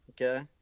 okay